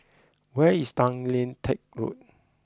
where is Tay Lian Teck Road